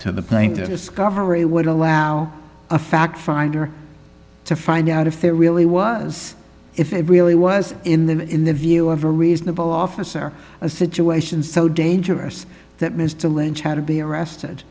to the plaintiff discovery would allow a fact finder to find out if there really was if it really was in the in the view of a reasonable officer a situation so dangerous that mr lynch had to be arrested